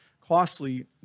costly